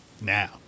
now